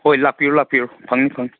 ꯍꯣꯏ ꯂꯥꯛꯄꯤꯌꯣ ꯂꯥꯛꯄꯤꯌꯣ ꯐꯪꯅꯤ ꯐꯪꯅꯤ